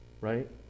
Right